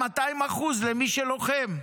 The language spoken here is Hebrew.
200% למי שלוחם.